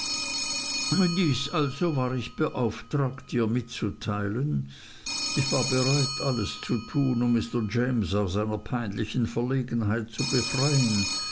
also war ich beauftragt ihr mitzuteilen ich war bereit alles zu tun um mr james aus einer peinlichen verlegenheit zu befreien